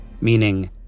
meaning